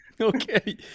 okay